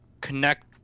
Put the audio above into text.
connect